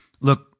look